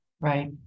Right